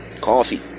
coffee